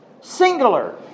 singular